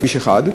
בכביש 1,